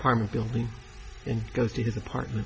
apartment building and goes to his apartment